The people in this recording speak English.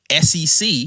SEC